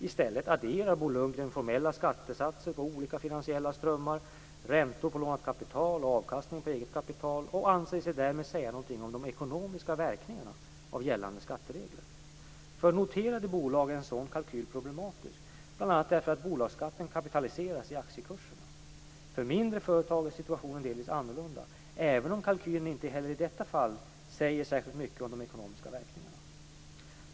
I stället adderar Bo Lundgren formella skattesatser på olika finansiella strömmar, räntor på lånat kapital och avkastning på eget kapital och anser sig därmed säga någonting om de ekonomiska verkningarna av gällande skatteregler. För noterade bolag är en sådan kalkyl problematisk bl.a. därför att bolagsskatten kapitaliseras i aktiekurserna. För mindre företag är situationen delvis annorlunda även om kalkylen inte heller i detta fall säger särskilt mycket om de ekonomiska verkningarna.